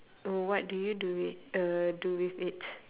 what do you do it uh do with it